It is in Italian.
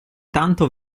tanto